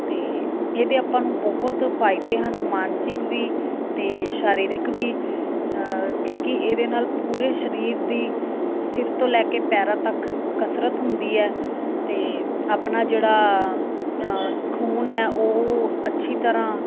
ਅਤੇ ਇਹਦੇ ਆਪਾਂ ਨੂੰ ਬਹੁਤ ਫਾਇਦੇ ਹਨ ਮਾਨਸਿਕ ਵੀ ਅਤੇ ਸਰੀਰਕ ਵੀ ਕਿਉਂਕਿ ਇਹਦੇ ਨਾਲ ਪੂਰੇ ਸਰੀਰ ਦੀ ਸਿਰ ਤੋਂ ਲੈ ਕੇ ਪੈਰਾਂ ਤੱਕ ਕਸਰਤ ਹੁੰਦੀ ਹੈ ਅਤੇ ਆਪਣਾ ਜਿਹੜਾ ਖੂਨ ਹੈ ਉਹ ਅੱਛੀ ਤਰ੍ਹਾਂ